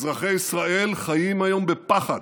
אזרחי ישראל חיים היום בפחד,